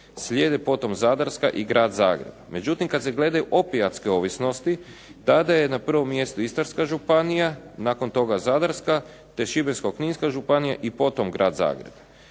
slijede potom Zadarska i Grad Zagreb. Međutim, kad se gledaju opijatske ovisnosti tada je na prvom mjestu Istarska županija, nakon toga Zadarska te Šibensko-kninska županija i potom Grad Zagreb.